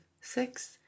six